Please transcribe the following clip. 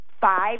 five